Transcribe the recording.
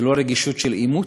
זה לא רגישות של אימוץ,